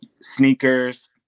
Sneakers